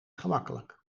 gemakkelijk